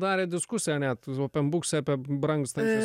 darėt diskusiją net oupen bukse apie brangstančias